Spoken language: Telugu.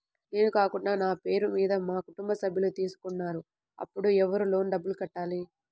నేను కాకుండా నా పేరు మీద మా కుటుంబ సభ్యులు తీసుకున్నారు అప్పుడు ఎవరు లోన్ డబ్బులు కట్టాలి?